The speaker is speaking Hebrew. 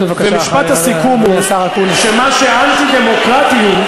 אדוני היושב-ראש,